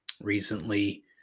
recently